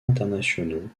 internationaux